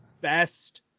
best